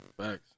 Facts